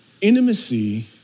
intimacy